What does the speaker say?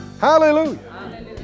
hallelujah